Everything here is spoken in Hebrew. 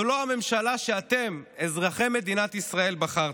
זו לא הממשלה שאתם, אזרחי מדינת ישראל בחרתם,